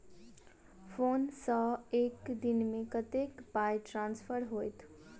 Phone सँ एक दिनमे कतेक पाई ट्रान्सफर होइत?